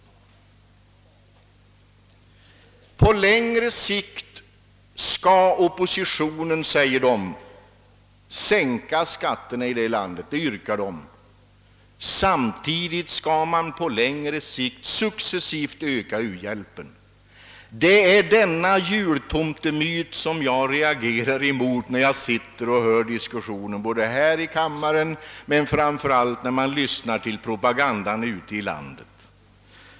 Oppositionspartierna säger sig på längre sikt kunna sänka skatterna och samtidigt successivt öka u-hjälpen. Det är denna »jultomtemyt» som jag reagerar mot när jag lyssnar till diskussionen här i kammaren men framför allt när jag tar del av propagandan ute i landet.